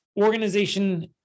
organization